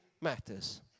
matters